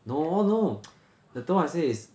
no no the third one I say is